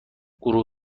گروه